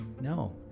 no